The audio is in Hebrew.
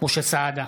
משה סעדה,